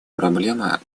проблема